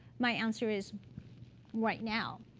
my answer is right now.